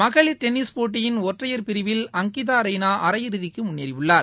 மகளிர் டென்னிஸ் போட்டியின் ஒற்றையர் பிரிவில் அங்கிதா ரெய்னா அரையிறுதிக்கு முன்னேறியுள்ளார்